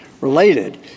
related